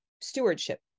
stewardship